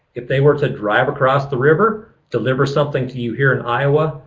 if they were to drive across the river, deliver something to you here in iowa,